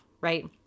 right